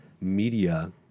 media